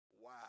Wow